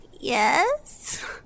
Yes